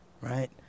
Right